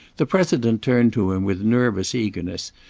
the president turned to him with nervous eagerness,